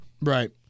Right